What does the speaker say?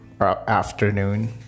afternoon